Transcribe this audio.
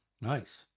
nice